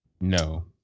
No